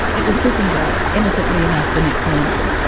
it was sitting there innocently enough the next morning,